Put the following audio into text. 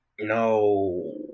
No